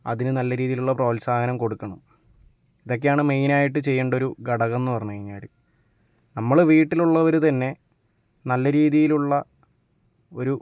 അതിന് നല്ല രീതിയിലുള്ള പ്രോത്സാഹനം കൊടുക്കണം ഇതൊക്കെയാണ് മെയിനായിട്ട് ചെയ്യണ്ടൊരു ഘടകം എന്ന് പറഞ്ഞു കഴിഞ്ഞാല് നമ്മള് വീട്ടിലുള്ളവര് തന്നെ നല്ല രീതിയിലുള്ള ഒരു